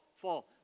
fall